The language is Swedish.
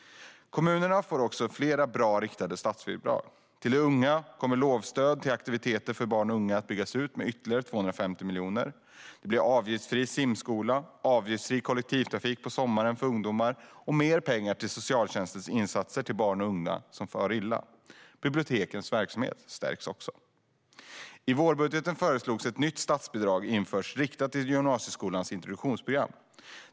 Kommunerna får också flera bra riktade statsbidrag. Lovstödet till aktiviteter för barn och unga kommer att byggas ut med ytterligare 250 miljoner. Vidare blir det avgiftsfri simskola, avgiftsfri kollektivtrafik på sommaren för ungdomar och mer pengar till socialtjänstens insatser till barn och unga som far illa. Bibliotekens verksamhet stärks också. I vårbudgeten föreslogs att ett nytt statsbidrag ska införas riktad till gymnasieskolans introduktionsprogram.